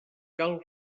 cal